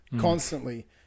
constantly